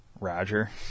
Roger